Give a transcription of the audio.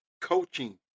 coaching